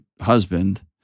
husband